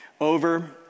over